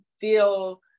feel